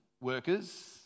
workers